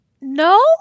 No